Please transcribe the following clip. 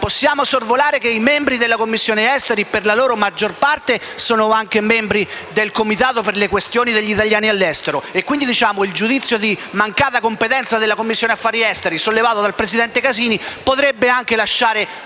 Possiamo sorvolare sul fatto che i membri della Commissione esteri per la maggiore parte sono anche membri del Comitato per le questioni degli italiani all'estero, quindi il giudizio di mancata competenza della Commissione affari esteri sollevata da presidente Casini potrebbe anche lasciare